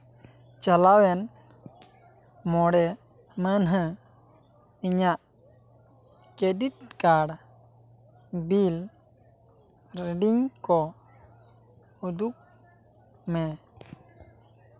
ᱪᱟᱞᱟᱣᱮᱱ ᱢᱚᱬᱮ ᱢᱟᱱᱦᱟᱹ ᱤᱧᱟᱹᱜ ᱠᱨᱮᱰᱤᱴ ᱠᱟᱨᱰ ᱵᱤᱞ ᱨᱤᱰᱤᱝ ᱠᱚ ᱩᱫᱩᱜᱽ ᱢᱮ